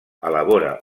elabora